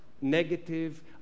negative